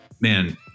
man